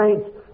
saints